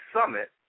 Summit